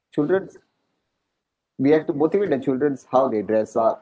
children we have to motivate the childrens how they dress up